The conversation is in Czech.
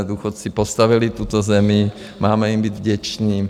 Důchodci postavili tuto zemi, máme jim být vděčni.